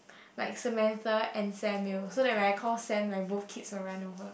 like Samantha and Samuel so then when I call Sam right like both kids will run over